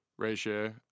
ratio